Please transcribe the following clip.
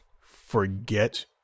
forget